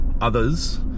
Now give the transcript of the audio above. others